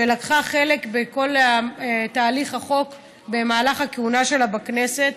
שלקחה חלק בכל תהליך החוק במהלך הכהונה שלה בכנסת.